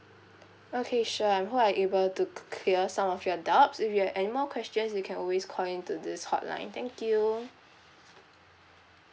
okay sure I'm hope I able to c~ clear some of your doubts if you have any more questions you can always call in to this hotline thank you